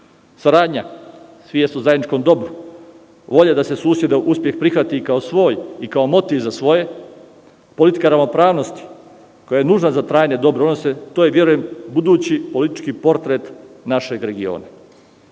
u zajedničkom dobru, volja da se susedov uspeh prihvati kao svoj i kao motiv za svoje, politika ravnopravnosti koja je nužna za trajne odnose, verujem da je to budući politički portret našeg regiona.